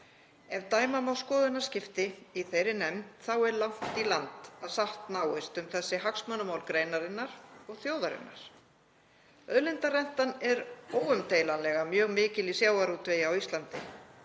Ef dæma má skoðanaskipti í þeirri nefnd er langt í land að sátt náist um þessi hagsmunamál greinarinnar og þjóðarinnar. Auðlindarentan er óumdeilanlega mjög mikil í sjávarútvegi á Íslandi.